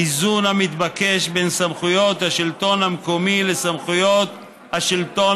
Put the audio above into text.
האיזון המתבקש בין סמכויות השלטון המקומי לסמכויות השלטון